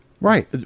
right